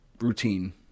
routine